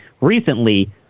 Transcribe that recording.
recently